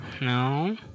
No